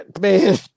man